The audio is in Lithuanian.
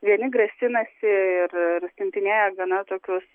vieni grasinasi ir ir siuntinėja gana tokius